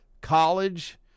College